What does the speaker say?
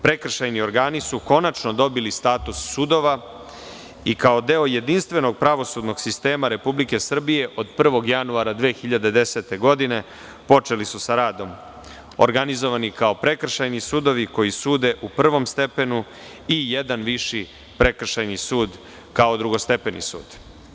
Prekršajni organi su konačno dobili status sudova i kao deo jedinstvenog pravosudnog sistema RS od 01. januara 2010. godine počeli su sa radom organizovani kao prekršajni sudovi koji sude u prvom stepenu i jedan viši prekršajni sud kao drugostepeni sud.